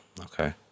okay